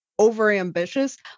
overambitious